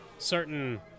certain